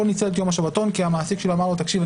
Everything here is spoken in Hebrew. ניצל את יום השבתון כי המעסיק שלו אמר לו: תקשיב,